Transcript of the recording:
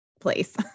place